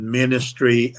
ministry